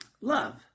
love